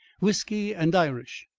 whisky and irish.